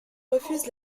refuse